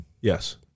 Yes